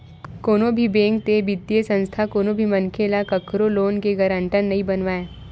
कोनो भी बेंक ते बित्तीय संस्था कोनो भी मनखे ल कखरो लोन के गारंटर नइ बनावय